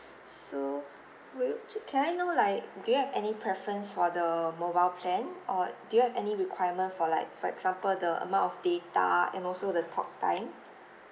so would you can I know like do you have any preference for the mobile plan or do you have any requirement for like for example the amount of data and also the talk time